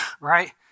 Right